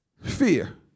Fear